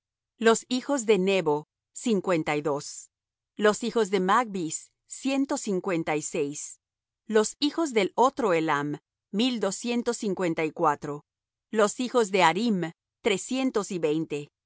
los hijos de nebo cincuenta y dos los hijos de magbis ciento cincuenta y seis los hijos del otro elam mil doscientos cincuenta y cuatro los hijos de harim trescientos y veinte